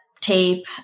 tape